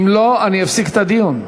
אם לא, אני אפסיק את הדיון.